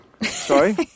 Sorry